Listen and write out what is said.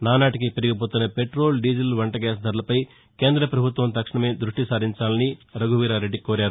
నానాటికి పెరిగిపోతున్న petrol diesel వంటగ్యాస్ ధరలపై కేంద్ర పభుత్వం తక్షణమే దృష్టి సారించాలని రఘువీరారెడ్డి కోరారు